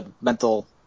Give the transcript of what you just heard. mental